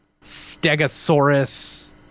stegosaurus